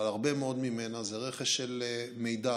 אבל הרבה מאוד ממנה זה רכש של מידע,